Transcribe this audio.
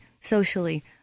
socially